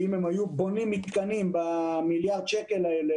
אם הם היו בונים מתקנים במיליארד שקל האלה